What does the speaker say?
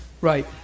Right